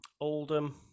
Oldham